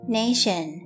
nation